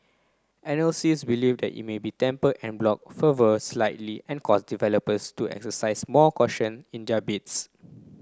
analyst believe that it may temper en bloc fervour slightly and cause developers to exercise more caution in their bids